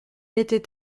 était